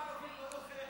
כל הערבים לא נוכחים?